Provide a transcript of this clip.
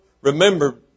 remember